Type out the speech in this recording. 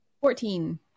Fourteen